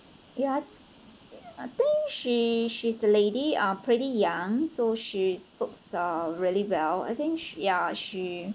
ya I I think she she's the lady uh pretty young so she spokes uh really well I think sh~ ya she